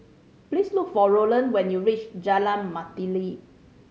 please look for Roland when you reach Jalan Mastuli